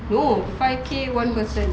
no five K one person